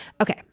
Okay